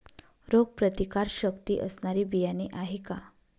रोगप्रतिकारशक्ती असणारी बियाणे आहे का?